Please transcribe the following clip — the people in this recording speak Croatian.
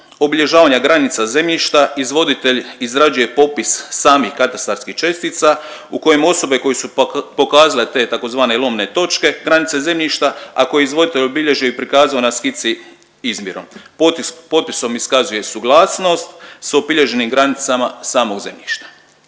obilježavanja granica zemljišta izvoditelj izrađuje popis samih katastarskih čestica u kojim osobe koje su pokazale te tzv. lomne točke granice zemljišta a koje je izvoditelj obilježio i prikazao na skici izmjerom. Potpisom iskazuje suglasnost sa obilježenim granicama samog zemljišta.